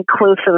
inclusive